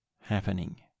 happening